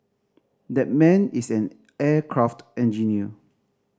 that man is an aircraft engineer